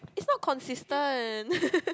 it's not consistent